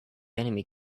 enemy